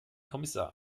kommissar